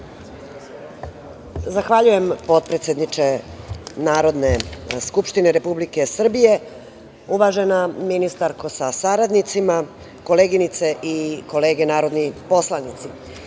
Zahvaljujem, potpredsedniče Narodne skupštine Republike Srbije. Uvažena ministarko sa saradnicima, koleginice i kolege narodni poslanici,